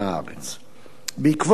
בעקבות פרסומים אלו,